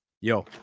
yo